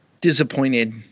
disappointed